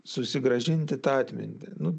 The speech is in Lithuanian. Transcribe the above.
susigrąžinti tą atmintį nu